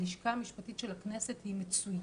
הלשכה המשפטית של הכנסת היא מצוינת,